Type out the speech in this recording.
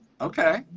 Okay